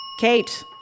Kate